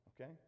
okay